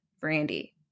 Brandy